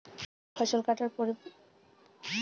ফসল কাটার পরিপূরক সময় কিভাবে জানা যায়?